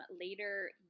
later